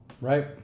Right